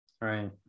Right